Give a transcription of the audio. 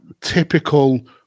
typical